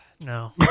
No